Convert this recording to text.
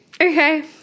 Okay